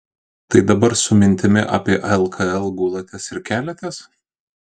tai dabar su mintimi apie lkl gulatės ir keliatės